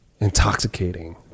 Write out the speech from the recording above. intoxicating